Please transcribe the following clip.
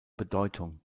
bedeutung